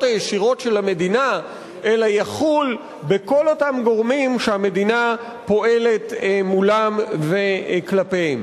הישירות של המדינה אלא יחול על כל אותם גורמים שהמדינה פועלת מולם וכלפיהם.